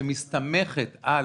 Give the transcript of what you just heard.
שמסתמכת על